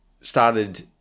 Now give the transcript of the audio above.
started